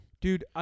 Dude